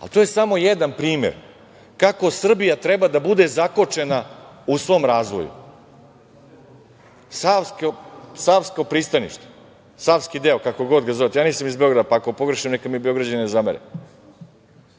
Ali to je samo jedan primer kako Srbija treba da bude zakočena u svom razvoju. Savsko pristanište, savski deo, kako ga god zovete, nisam iz Beograda, pa, ako pogrešim neka mi Beograđani ne zamere,